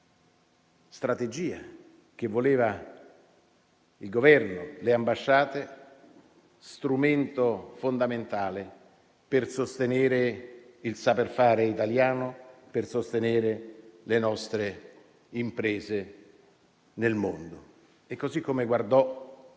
tanti Paesi del mondo. Le ambasciate erano strumento fondamentale per sostenere il saper fare italiano, per sostenere le nostre imprese nel mondo. Così come guardò